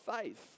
faith